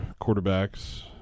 quarterbacks